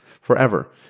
forever